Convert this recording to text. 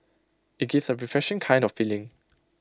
IT gives A refreshing kind of feeling